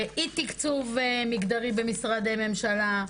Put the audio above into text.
אי תקצוב מגדרי במשרדי ממשלה.